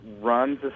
runs